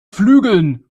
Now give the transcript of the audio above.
flügeln